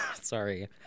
sorry